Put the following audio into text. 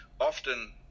often